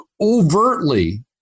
overtly